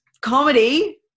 comedy